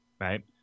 right